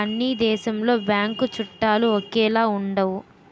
అన్ని దేశాలలో బ్యాంకు చట్టాలు ఒకేలాగా ఉండవు